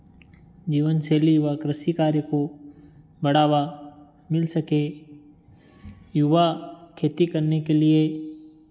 जीवनशैली व कृषि कार्य को बढ़ावा मिल सके युवा खेती करने के लिए